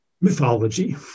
mythology